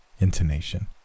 intonation